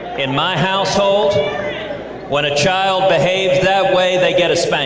in my household when a child behaves that way, they get a